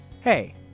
Hey